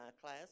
class